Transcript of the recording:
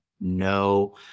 no